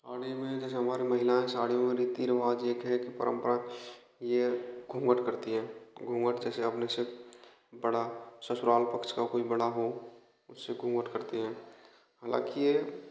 साड़ी में जैसे हमारी महिलाएँ साड़ी मे रीति रिवाज एक है ये परंपरा ये घूंघट करती है घूंघट जैसे अपने से बड़ा ससुराल पक्ष का कोई बड़ा हो उस से घूंघट करती है हाँलाकि ये